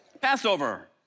Passover